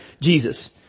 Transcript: Jesus